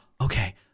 okay